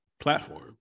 platform